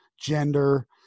gender